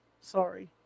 Sorry